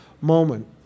moment